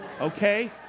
Okay